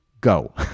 go